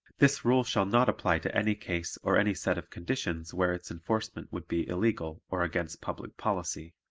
this rule shall not apply to any case or any set of conditions where its enforcement would be illegal or against public policy.